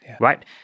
right